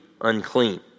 unclean